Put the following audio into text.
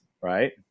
right